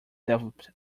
developed